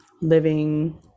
living